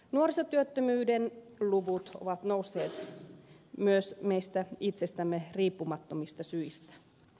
nuorisotyöttömyyden luvut ovat nousseet myös meistä itsestämme riippumattomista syistä